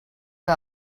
que